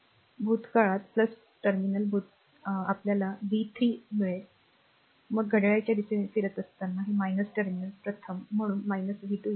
तर भूतकाळात टर्मिनल भूतकाळाचा सामना करणे हे r v 3 आहे मग r घड्याळाच्या दिशेने फिरत असताना असे होते टर्मिनल प्रथम म्हणून v 2 0